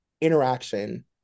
interaction